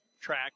track